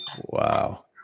Wow